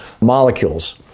molecules